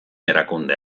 erakunde